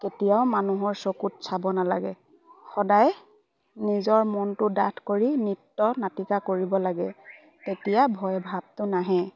কেতিয়াও মানুহৰ চকুত চাব নালাগে সদায় নিজৰ মনটো ডাঠ কৰি নৃত্য নাটকাা কৰিব লাগে তেতিয়া ভয় ভাৱটো নাহে